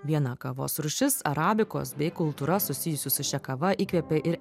viena kavos rūšis arabikos bei kultūra susijusi su šia kava įkvėpė ir